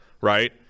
right